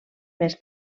més